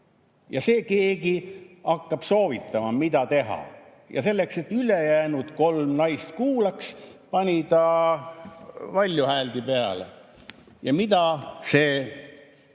Ja see keegi hakkab soovitama, mida teha. Selleks et ülejäänud kolm naist ka kuuleks, pani ta valjuhääldi peale. Ja mida see